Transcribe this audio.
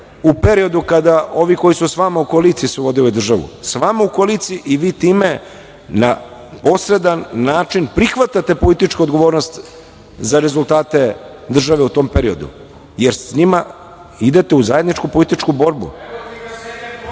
u periodu kada ovi koji su sa vama u koaliciji su vodili državu? Sa vama u koaliciji i vi time na posredan način prihvatate političku odgovornost za rezultate države u tom periodu, jer sa njima idete u zajedničku političku